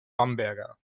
bamberger